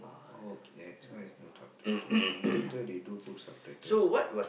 oh okay that's why there's no subtitles at theater they do put subtitles